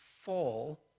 fall